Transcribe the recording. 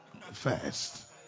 first